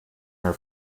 her